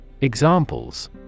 Examples